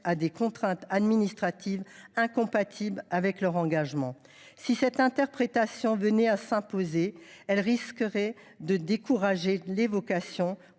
à des contraintes administratives incompatibles avec leur engagement. Si cette interprétation venait à s’imposer, elle pourrait décourager des vocations,